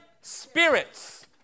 spirits